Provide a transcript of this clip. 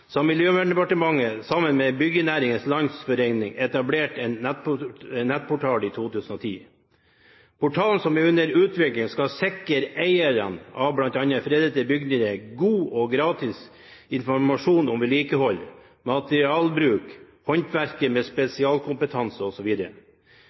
Miljøverndepartementet, sammen med Byggenæringens Landsforening, etablerte en nettportal i 2010. Portalen, som er under utvikling, skal sikre eierne av bl.a. fredede bygninger god og gratis informasjon om vedlikehold, materialbruk, håndverkere med